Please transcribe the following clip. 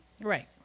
Right